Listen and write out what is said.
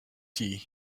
tea